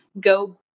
go